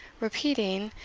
repeating,